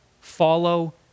Follow